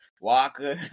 Walker